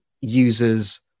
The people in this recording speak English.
users